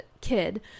kid